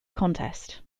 contest